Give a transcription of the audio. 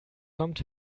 kommt